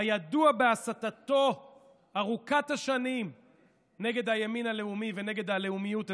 הידוע בהסתתו ארוכת השנים נגד הימין הלאומי ונגד הלאומיות הציונית.